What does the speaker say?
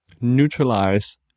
neutralize